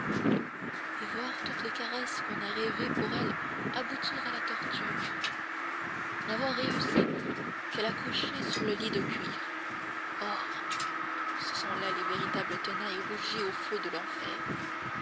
et voir toutes les caresses qu'on a rêvées pour elle aboutir à la torture n'avoir réussi qu'à la coucher sur le lit de cuir oh ce sont là les véritables tenailles rougies au feu de l'enfer